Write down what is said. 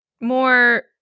more